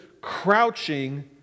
crouching